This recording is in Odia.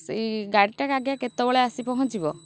ସେଇ ଗାଡ଼ିଟାକେ ଆଗେ କେତେବେଳେ ଆସି ପହଞ୍ଚିବ